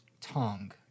Tong